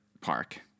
park